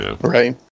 Right